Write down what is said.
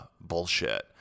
bullshit